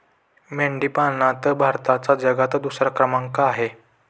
मेंढी पालनात भारताचा जगात दुसरा क्रमांक आहे